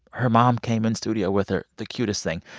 her mom came in studio with her the cutest thing.